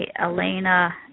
Elena